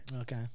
Okay